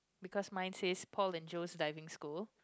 because mine says Paul and Joe's Diving School